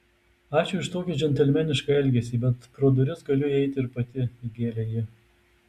ačiū už tokį džentelmenišką elgesį bet pro duris galiu įeiti ir pati įgėlė ji